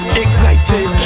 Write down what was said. ignited